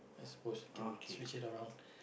I suppose can switch it around